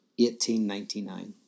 1899